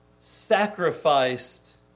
sacrificed